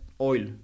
oil